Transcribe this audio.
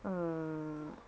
uh